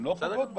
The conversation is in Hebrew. הן לא פוגעות בהם.